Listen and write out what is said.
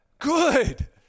Good